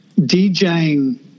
DJing